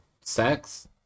sex